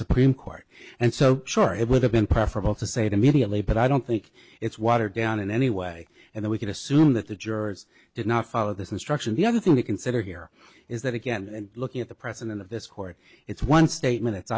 supreme court and so sure it would have been preferable to say the media play but i don't think it's watered down in any way and that we can assume that the jurors did not follow this instruction the other thing to consider here is that again looking at the president of this court it's one state